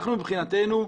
מבחינתנו,